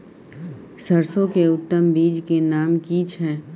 सरसो के उत्तम बीज के नाम की छै?